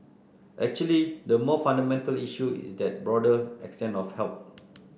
actually the more fundamental issue is that broader extent of help